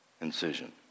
incision